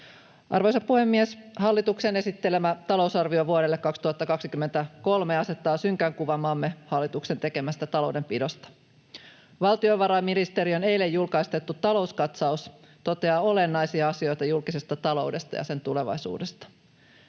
Arvoisa puhemies! Hallituksen esittelemä talousarvio vuodelle 2023 asettaa synkän kuvan maamme hallituksen tekemästä taloudenpidosta. Valtiovarainministeriön eilen julkistettu talouskatsaus toteaa olennaisia asioita julkisesta taloudesta ja sen tulevaisuudesta.